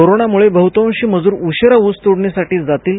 कोरोनामुळे बहुतांशी मजूर उशिरा ऊस तोडणीसाठी जातील